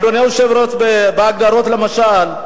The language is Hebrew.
אדוני היושב-ראש, בהגדרות למשל,